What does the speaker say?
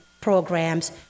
programs